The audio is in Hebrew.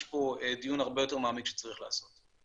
יש פה דיון הרבה יותר מעמיק שצריך לעשות.